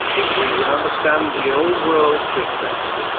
if we would understand the old-world precept,